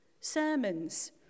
sermons